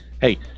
hey